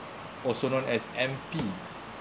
also known as N_P